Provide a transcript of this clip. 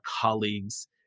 colleagues